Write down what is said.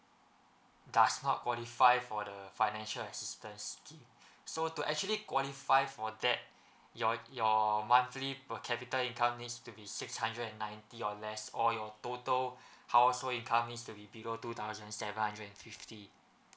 does not qualify for the financial assistance so to actually qualify for that your your monthly per capita income needs to be six hundred and ninety or less or your total household income needs to be below two thousand seven hundred and fifty